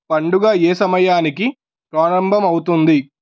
పండుగ ఏ సమయానికి ప్రారంభమవుతుంది